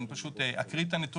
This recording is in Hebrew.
אני פשוט אקריא את הנתונים,